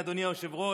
אדוני היושב-ראש,